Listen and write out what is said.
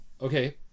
okay